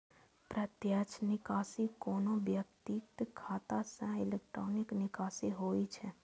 प्रत्यक्ष निकासी कोनो व्यक्तिक खाता सं इलेक्ट्रॉनिक निकासी होइ छै